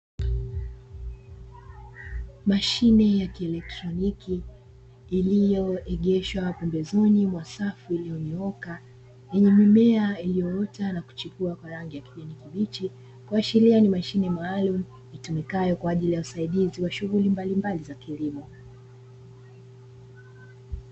Mashine ya kielotroniki iliyoegeshwa pembeni ya safu iliyonyooka, yenye mimea iliyoota na kuchipua kwa rangi ya kijani kibichi, kuashiria ni mashine maalumu inayotumikayo kwa ajili ya usaidizi wa shughuli mbalimbali za kilimo.